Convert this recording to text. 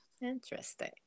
Interesting